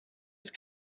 have